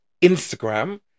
Instagram